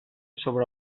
sobre